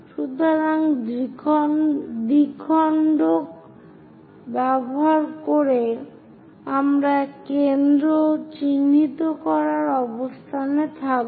সুতরাং দ্বিখণ্ডক ব্যবহার করে আমরা কেন্দ্র চিহ্নিত করার অবস্থানে থাকব